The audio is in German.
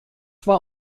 war